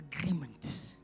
agreement